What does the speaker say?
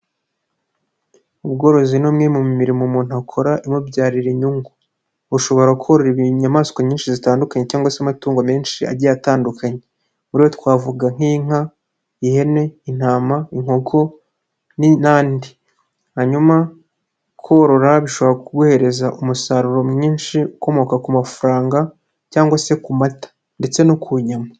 Ubworozi ni umwe mu mirimo umuntu akora, imubyarira inyungu. ushobora korora inyamaswa nyinshi zitandukanye cyangwa se amatungo menshi agiye atandukanye. Muri yo twavuga nk'inka, ihene, intama, inkoko na andi. Hanyuma korora bishobora kuguhereza umusaruro mwinshi ukomoka ku mafaranga, cyangwa se ku mata ndetse no ku nyama.